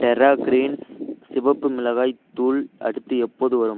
டெரா Greens சிவப்பு மிளகாய் தூள் அடுத்து எப்போது வரும்